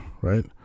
right